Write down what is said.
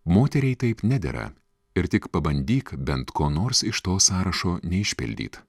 moteriai taip nedera ir tik pabandyk bent ko nors iš to sąrašo neišpildyt